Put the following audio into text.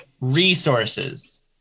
resources